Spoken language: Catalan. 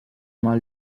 mal